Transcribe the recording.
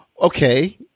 Okay